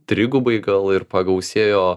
trigubai gal ir pagausėjo